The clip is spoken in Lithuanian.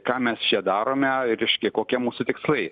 ką mes čia darome reiškia kokie mūsų tikslai